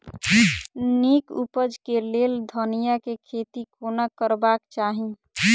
नीक उपज केँ लेल धनिया केँ खेती कोना करबाक चाहि?